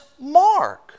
Mark